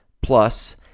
plus